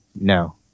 No